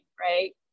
right